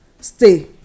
stay